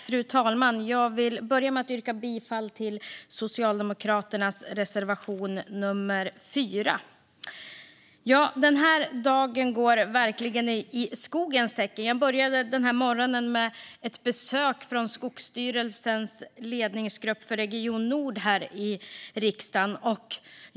Fru talman! Jag vill börja med att yrka bifall till Socialdemokraternas reservation 4. Denna dag går verkligen i skogens tecken. Jag började morgonen med ett besök från Skogsstyrelsens ledningsgrupp för region Nord här i riksdagen.